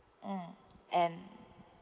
mm and